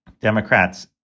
Democrats